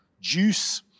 juice